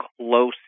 close